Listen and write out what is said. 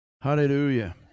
Hallelujah